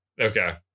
Okay